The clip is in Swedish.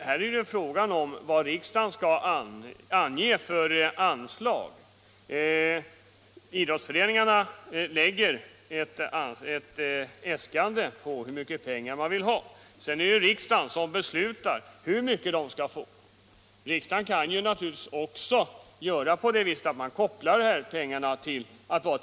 Här är det ju fråga om vad riksdagen skall ge för anslag! Idrottsföreningarna lägger fram äskanden om hur mycket pengar de vill ha. Sedan är det riksdagen som beslutar hur mycket de skall få. Riksdagen kan naturligtvis också göra på det sättet att anslagen kopplas till tipsmedel.